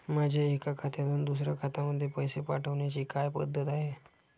माझ्या एका खात्यातून दुसऱ्या खात्यामध्ये पैसे पाठवण्याची काय पद्धत आहे?